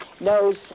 knows